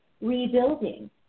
rebuilding